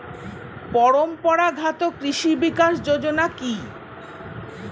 পরম্পরা ঘাত কৃষি বিকাশ যোজনা কি?